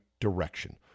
direction